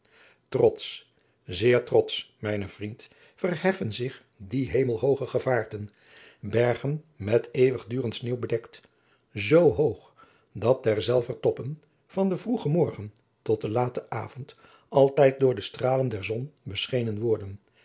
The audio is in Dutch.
trotsch zeer trotsch mijn vriend verheffen zich die hemelhooge gevaarten bergen met eeuwigdurend sneeuw bedekt zoo hoog dat derzelver toppen van den vroegen morgen tot den laten avond altijd door de stralen der zon beschenen worden